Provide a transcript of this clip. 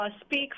speak